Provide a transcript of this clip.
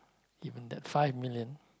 even that five million